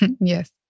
Yes